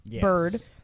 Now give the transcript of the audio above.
bird